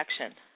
action